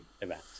event